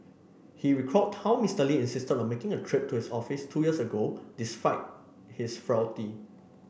he recalled how Mister Lee insisted on making a trip to his office two years ago despite his frailty